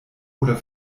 oder